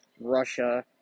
Russia